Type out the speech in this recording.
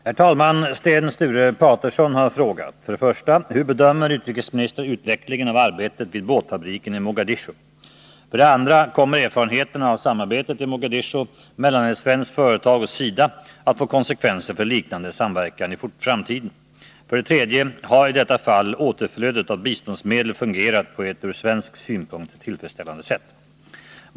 Herr talman! Sten Sture Paterson har frågat: 1. Hur bedömer utrikesministern utvecklingen av arbetet vid båtfabriken i Mogadiscio? 2. Kommer erfarenheterna av samarbetet i Mogadiscio mellan ett svenskt företag och SIDA att få konsekvenser för liknande samverkan i framtiden? 3. Har i detta fall återflödet av biståndsmedel fungerat på ett ur svensk synpunkt tillfredsställande sätt?